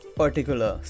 particular